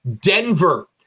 Denver